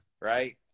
right